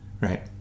right